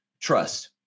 trust